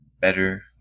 better